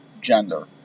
gender